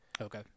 Okay